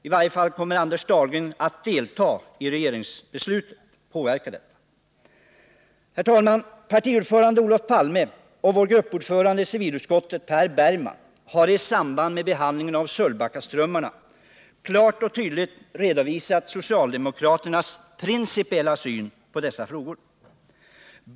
I varje fall kommer Anders Dahlgren att delta i regeringsbeslutet och slutligen påverka detta. Herr talman! Partiordförande Olof Palme och vår gruppordförande i civilutskottet, Per Bergman, har i samband med behandlingen av Sölvbackaströmmarna klart och tydligt redovisat socialdemokraternas principiella syn på dessa frågor.